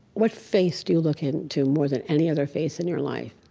what face do you look into more than any other face in your life?